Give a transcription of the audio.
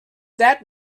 that